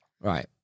Right